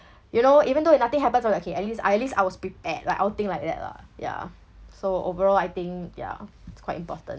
you know even though if nothing happens I will like okay at least at least I was prepared like I will think like that lah ya so overall I think ya it's quite important